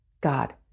God